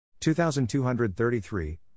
2233